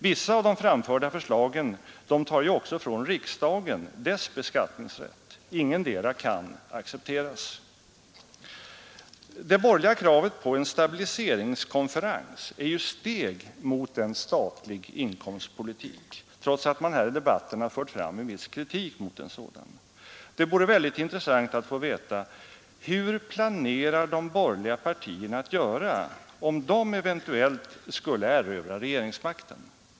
Vissa av de framförda förslagen tar också från riksdagen dess beskattningsrätt. Ingetdera kan accepteras. Det borgerliga kravet på en stabiliseringskonferens är ju ett steg mot en statlig inkomstpolitik, trots att man här i debatten har fört fram en viss kritik mot en sådan. Det vore mycket intressant att få veta: Hur planerar de borgerliga partierna att göra, om de eventuellt skulle erövra regeringsmakten?